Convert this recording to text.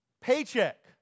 paycheck